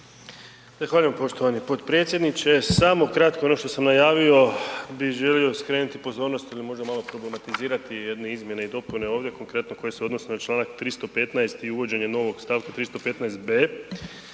Zahvaljujem poštovani potpredsjedniče. Samo kratko ono što sam najavio, bi želio skrenuti pozornost ili možda malo problematizirati jedne izmjene i dopune ovdje konkretno koje se odnose na čl. 315. i uvođenje novog stavka 316.b